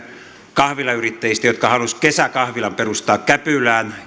kahvilayrittäjistä jotka halusivat kesäkahvilan perustaa käpylään